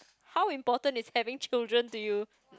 how important is having children to you